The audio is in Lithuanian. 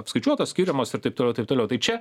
apskaičiuotos skiriamos ir taip toliau taip toliau tai čia